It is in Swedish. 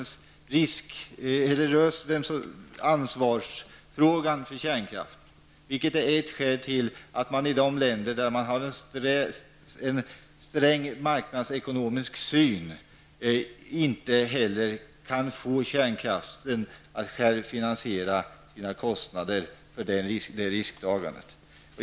Man har inte heller löst problemen när det gäller ansvaret för kärnkraften, vilket även det är ett skäl till att man i länder där man har ett strängt marknadsekonomiskt synsätt inte kan få kärnkraften att själv bära kostnaderna för det risktagandet.